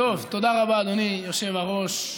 תודה רבה, אדוני היושב-ראש.